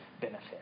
benefit